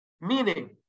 meaning